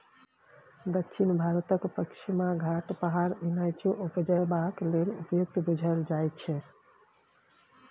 दक्षिण भारतक पछिमा घाट पहाड़ इलाइचीं उपजेबाक लेल उपयुक्त बुझल जाइ छै